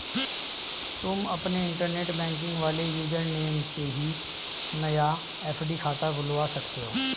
तुम अपने internet banking वाले यूज़र नेम से ही नया एफ.डी खाता खुलवा सकते हो